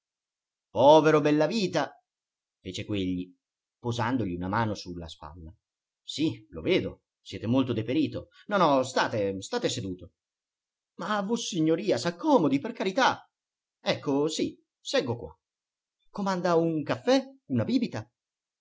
povero bellavita fece quegli posandogli una mano su la spalla sì lo vedo siete molto deperito no no state state seduto ma vossignoria s'accomodi per carità ecco sì seggo qua comanda un caffè una bibita